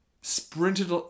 sprinted